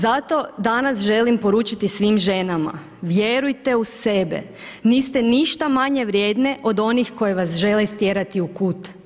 Zato, danas želim poručiti svim ženama, vjerujte u sebe, niste ništa manje vrijedne, od onih koji vas žele stjerati u kut.